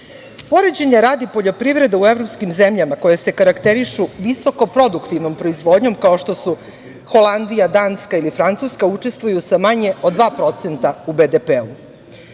zemalja. Poređenje radi, poljoprivreda u evropskim zemljama, koje se karakterišu visoko produktivnom proizvodnjom, kao što su Holandija, Danska ili Francuska, učestvuju sa manje od 2% u BDP-u.